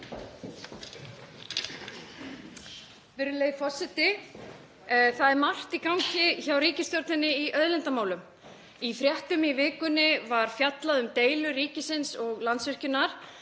Virðulegi forseti. Það er margt í gangi hjá ríkisstjórninni í auðlindamálum. Í fréttum í vikunni var fjallað um deilur ríkisins og Landsvirkjunar